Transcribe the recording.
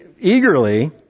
eagerly